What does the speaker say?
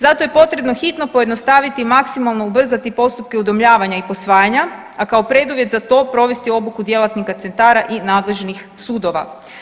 Zato je potrebno hitno pojednostaviti maksimalno ubrzati postupke udomljavanja i posvajanja, a kao preduvjet za to provesti obuku djelatnika centara i nadležnih sudova.